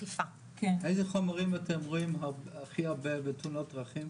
איזה חומרים אתם רואים הכי הרבה, בתאונות דרכים?